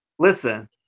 Listen